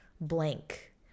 blank